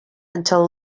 until